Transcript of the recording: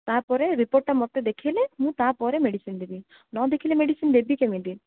ତା'ପରେ ରିପୋର୍ଟଟା ମୋତେ ଦେଖେଇଲେ ମୁଁ ତା'ପରେ ମେଡ଼ିସିନ ଦେବି ନ ଦେଖିଲେ ମେଡ଼ିସିନ ଦେବି କେମିତି